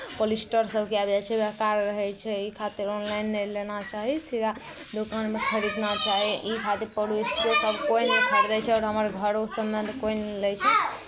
polyester सभके दऽ दै छै ओ बेकार रहै छै ई खातिर ऑनलाइन नहि लेना चाही सीधा दोकानमे खरीदना चाही ई खातिर पड़ोसिओसभ कोइ नहि खरीदैत छै आओर हमर घरो सभमे ने कोइ नहि लै छै